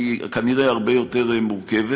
היא כנראה הרבה יותר מורכבת,